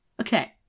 Okay